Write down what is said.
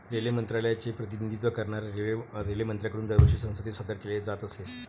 railway मंत्रालयाचे प्रतिनिधित्व करणाऱ्या रेल्वेमंत्र्यांकडून दरवर्षी संसदेत सादर केले जात असे